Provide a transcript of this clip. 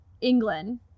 England